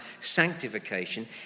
sanctification